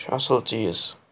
چھُ اصٕل چیٖز